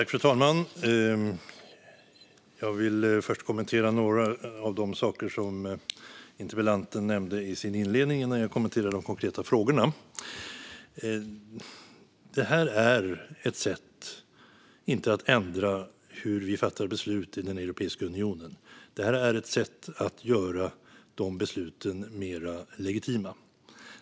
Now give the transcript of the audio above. Fru talman! Jag vill först kommentera några av de saker som interpellanten nämnde i sin inledning innan jag kommer till de konkreta frågorna. Det här är inte ett sätt att ändra hur vi fattar beslut i Europeiska unionen. Det här är ett sätt att göra de besluten mer legitima.